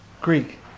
Greek